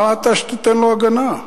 מה אתה שתיתן לו הגנה?